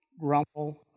grumble